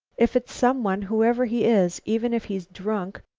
if it's someone, whoever he is, even if he's drunk,